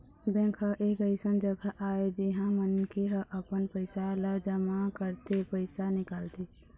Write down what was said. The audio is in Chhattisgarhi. बेंक ह एक अइसन जघा आय जिहाँ मनखे ह अपन पइसा ल जमा करथे, पइसा निकालथे